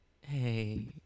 Hey